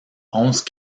onze